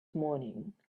morning